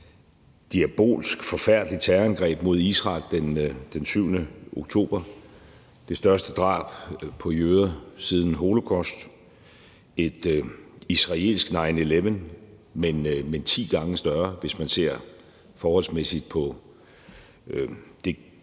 diabolsk, forfærdeligt terrorangreb mod Israel den 7. oktober. Det er det største drab på jøder siden holocaust, et israelsk 9/11, men ti gange større, hvis man ser forholdsmæssigt på det gennemslag,